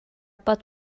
bod